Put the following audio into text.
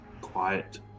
Quiet